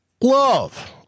love